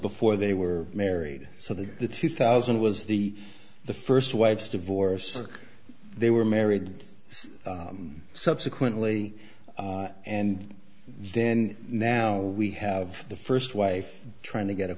before they were married so that the two thousand was the the first wife's divorce they were married subsequently and then now we have the first wife trying to get a